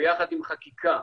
ביחד עם חקיקה,